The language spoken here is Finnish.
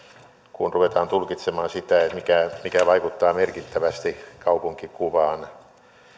kun ruvetaan tulkitsemaan sitä mikä mikä vaikuttaa merkittävästi kaupunkikuvaan